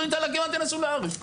לא יודע להקים אנטנה סלולרית,